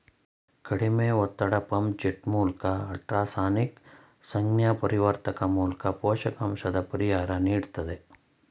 ಕಡಿಮೆ ಒತ್ತಡ ಪಂಪ್ ಜೆಟ್ಮೂಲ್ಕ ಅಲ್ಟ್ರಾಸಾನಿಕ್ ಸಂಜ್ಞಾಪರಿವರ್ತಕ ಮೂಲ್ಕ ಪೋಷಕಾಂಶದ ಪರಿಹಾರ ನೀಡ್ತದೆ